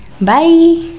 Bye